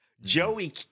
Joey